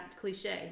cliche